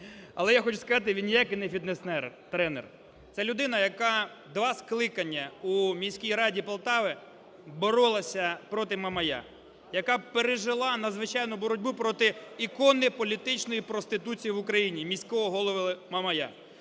але я хочу сказати він ніяких не фітнес-тренер. Це людина, яка два скликання у міській раді Полтави боролася проти Мамая, яка пережила надзвичайну боротьбу проти ікони політичної проституції в Україні - міського голови Мамая.